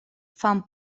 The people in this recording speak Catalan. fan